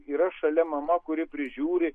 yra šalia mama kuri prižiūri